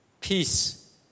Peace